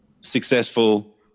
successful